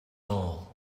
all